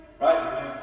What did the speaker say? Right